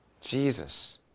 Jesus